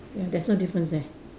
ya there's no difference there